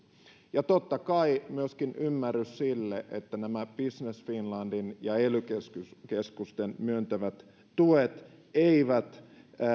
ja totta kai on myöskin ymmärrys sille että nämä business finlandin ja ely keskusten keskusten myöntämät tuet eivät